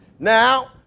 Now